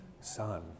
son